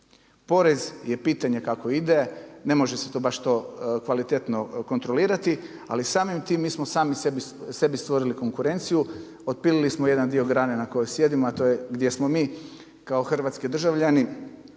Porez je pitanje kako ide, ne može se baš to kvalitetno kontrolirati, ali samim tim mi smo sami sebi stvorili konkurenciju, otpili smo jedan dio grane na kojoj sjedimo, a to je gdje smo mi kao hrvatski državljani